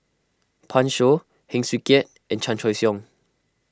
Pan Shou Heng Swee Keat and Chan Choy Siong